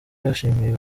yashimye